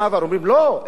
אומרים: לא, אין.